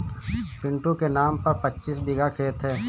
पिंटू के नाम पर पच्चीस बीघा खेत है